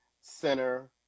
Center